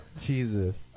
Jesus